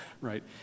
right